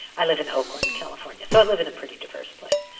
i live in oakland, calif, and so i live in a pretty diverse place.